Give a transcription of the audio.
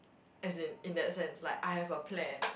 as in in that sense like I have a plan